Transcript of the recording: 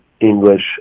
English